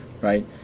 right